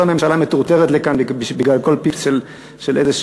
מטורטרת לכאן בגלל כל פיפס של איזשהו,